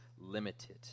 limited